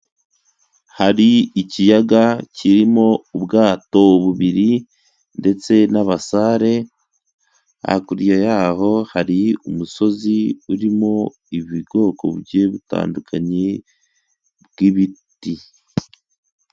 Hari ikiyaga kirimo ubwato bubiri ndetse n'abasare, hakurya y'aho hari umusozi urimo ibubwoko bugiye butandukanye bw'ibiti.